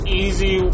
easy